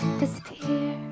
disappear